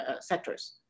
sectors